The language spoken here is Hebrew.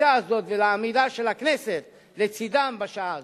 לחקיקה הזאת ולעמידה של הכנסת לצדם בשעה הזאת.